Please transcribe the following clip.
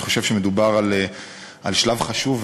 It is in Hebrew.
אני חושב שמדובר על שלב חשוב,